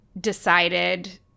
decided